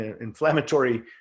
inflammatory